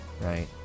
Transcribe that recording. right